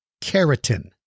Keratin